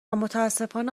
متاسفانه